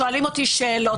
שואלים אותי שאלות,